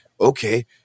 okay